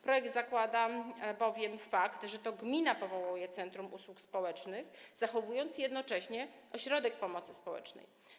Projekt zakłada bowiem, że to gmina powołuje centrum usług społecznych, zachowując jednocześnie ośrodek pomocy społecznej.